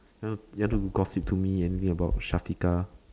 you want you want to gossip to me angry about Syafiqah